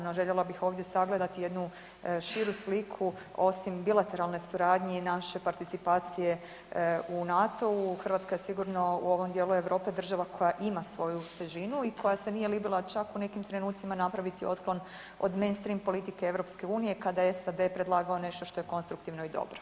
No željela bih ovdje sagledati jednu širu sliku osim bilateralne suradnje i naše participacije u NATO-u, Hrvatska je sigurno u ovom dijelu Europe država koja ima svoju težinu i koja se nije libila čak u nekim trenucima napraviti otklon od mainstream politike EU kada je SAD predlagao nešto što je konstruktivno i dobro.